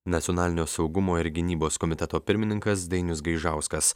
nacionalinio saugumo ir gynybos komiteto pirmininkas dainius gaižauskas